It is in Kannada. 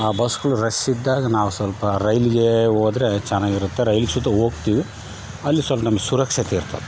ಆ ಬಸ್ಗಳು ರೆಶ್ ಇದ್ದಾಗ ನಾವು ಸ್ವಲ್ಪ ರೈಲಿಗೆ ಹೋದ್ರೆ ಚೆನ್ನಾಗಿರತ್ತೆ ರೈಲ್ಗೆ ಸೀದಾ ಹೋಗ್ತೀವಿ ಅಲ್ಲಿ ಸೊಲ್ಪ ನಮ್ಗೆ ಸುರಕ್ಷತೆ ಇರ್ತತೆ